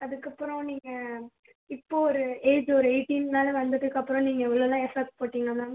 அதுக்கப்புறம் நீங்கள் இப்போது ஒரு ஏஜ் ஒரு எய்ட்டின் மேலே வந்ததுக்கப்புறம் நீங்கள் எவ்வளோலாம் எஃபர்ட் போட்டிங்கள் மேம்